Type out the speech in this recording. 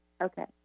Okay